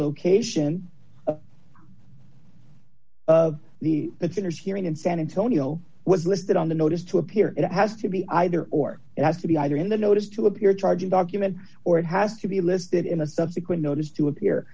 location of the prisoners hearing in san antonio was listed on the notice to appear and it has to be either or it has to be either in the notice to appear charging document or it has to be listed in a subsequent notice to appear